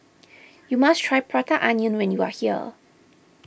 you must try Prata Onion when you are here